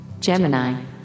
Gemini